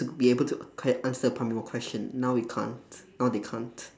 be able to can answer primary one question now we can't now they can't